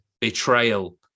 betrayal